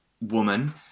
woman